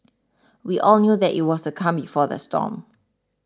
we all knew that it was the calm before the storm